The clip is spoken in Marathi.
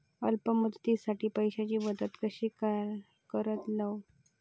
अल्प मुदतीसाठी पैशांची बचत कशी करतलव?